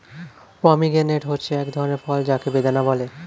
pomegranate হচ্ছে এক ধরনের ফল যাকে বেদানা বলে